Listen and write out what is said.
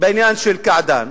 בעניין של קעדאן,